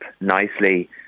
nicely